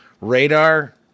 radar